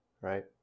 Right